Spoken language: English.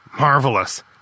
Marvelous